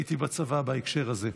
שראיתי בצבא בהקשר הזה: